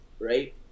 right